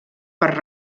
per